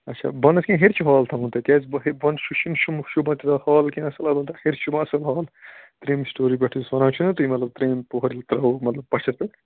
اچھا بۄنہٕ حظ کِنۍ ہیٚرِ چھُ ہال تھاوُن تۄہہِ کیٛازِ بہ بۄنہٕ چھُ چھُنہٕ شُم شوٗبن تیوٗتاہ ہال کیٚنٛہہ البتہ ہیٚرِ شوٗبان اَصٕل ہال ترٛیٚمہِ سِٹوری پٮ۪ٹھ یُس وَنان چھُنہ مطلب ترٛیٚیِم پوٚہَر ییٚلہِ ترٛووُکھ مطلب پشَس پٮ۪ٹھ